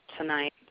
tonight